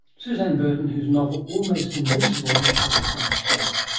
suzanne burdon, whose novel almost invincible was published last year.